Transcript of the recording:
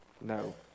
No